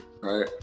right